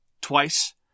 twice